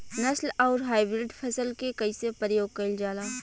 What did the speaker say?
नस्ल आउर हाइब्रिड फसल के कइसे प्रयोग कइल जाला?